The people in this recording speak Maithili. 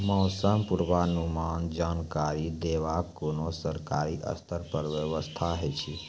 मौसम पूर्वानुमान जानकरी देवाक कुनू सरकारी स्तर पर व्यवस्था ऐछि?